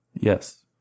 Yes